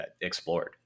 explored